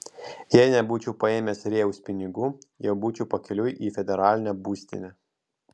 jei nebūčiau paėmęs rėjaus pinigų jau būčiau pakeliui į federalinę būstinę